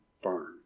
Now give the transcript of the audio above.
firm